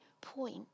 point